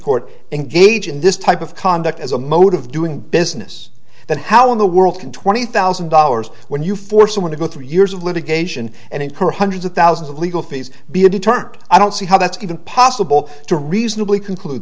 court engage in this type of conduct as a mode of doing business that how in the world can twenty thousand dollars when you force someone to go through years of litigation and incur one hundred thousands of legal fees be determined i don't see how that's going to possible to reasonably conclude